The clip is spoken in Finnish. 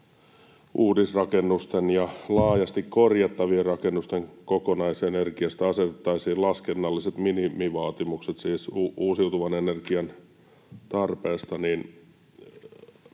uudisrakennusten ja laajasti korjattavien rakennusten kokonaisenergiantarpeesta asetettaisiin laskennalliset minimivaatimukset uusiutuvalle energialle,